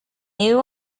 new